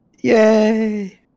Yay